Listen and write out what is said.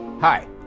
Hi